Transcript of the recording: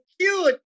cute